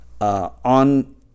on